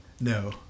no